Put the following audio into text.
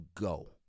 go